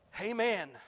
amen